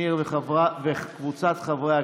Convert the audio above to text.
חוק ומשפט.